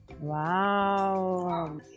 Wow